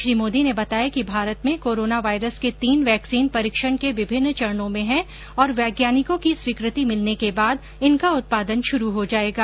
श्री मोदी ने बताया कि भारत में कोरोना वायरस के तीन वैक्सीन परीक्षण के विभिन्न चरणों में हैं और वैज्ञानिकों की स्वीकृति मिलने के बाद इनका उत्पादन शुरू हो जाएगा